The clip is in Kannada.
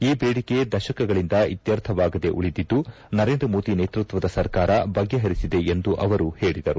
ಈ ಬೇಡಿಕೆ ದಶಕಗಳಂದ ಇತ್ತರ್ಥವಾಗದೇ ಉಳಿದಿದ್ದು ನರೇಂದ್ರ ಮೋದಿ ನೇತೃತ್ವದ ಸರ್ಕಾರ ಬಗೆಹರಿಸಿದೆ ಎಂದು ಅವರು ಹೇಳದರು